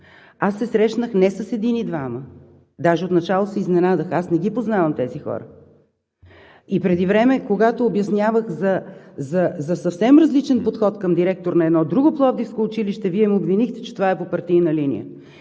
Аз се срещнах не с един и двама, даже отначало се изненадах. Аз не ги познавам тези хора. И преди време, когато обяснявах за съвсем различен подход към директор на едно друго пловдивско училище, Вие ме обвинихте, че това е по партийна линия.